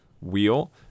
wheel